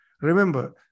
Remember